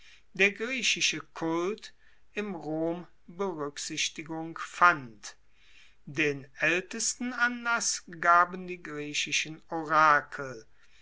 der griechische kult im rom beruecksichtigung fand den aeltesten anlass gaben die griechischen orakel